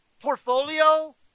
portfolio